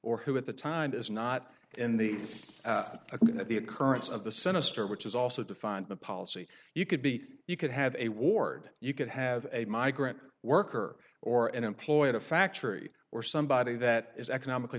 or who at the time is not in the at the occurrence of the sinister which is also defined the policy you could be you could have a ward you could have a migrant worker or an employee at a factory or somebody that is economically